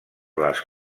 les